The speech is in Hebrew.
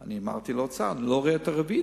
אני אמרתי לאוצר: אני לא רואה עדיין את הרביעית,